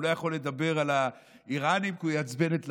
הוא לא יכול לדבר על האיראנים כי הוא יעצבן את לפיד,